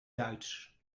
duits